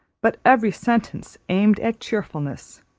but every sentence aimed at cheerfulness,